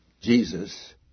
Jesus